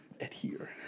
Adhere